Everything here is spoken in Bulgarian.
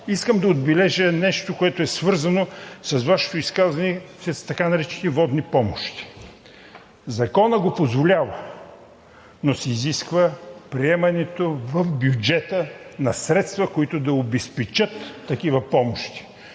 Искам да отбележа нещо, което е свързано с Вашето изказване с така наречените водни помощи. Законът го позволява, но се изисква приемането в бюджета на средства, които да обезпечат такива помощи.